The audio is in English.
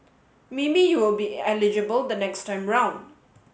maybe you will be eligible the next time round